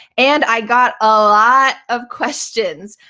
and i got a lot of questions.